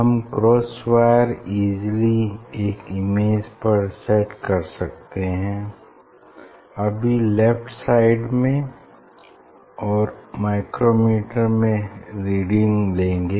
हम cross wire easily एक image पर सेट कर सकते है अभी लेफ्ट साइड में और माइक्रोमीटर में रीडिंग लेंगे